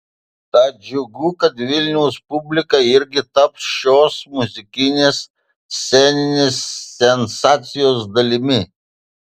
tad džiugu kad vilniaus publika irgi taps šios muzikinės sceninės sensacijos dalimi